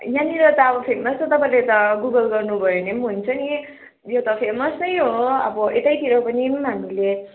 यहाँनेर त अब फेमस त तपाईँले त गुगल गर्नु भयो भने हुन्छ नि यो त फेमस नै हो अब यतैतिर पनि हामीले